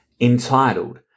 Entitled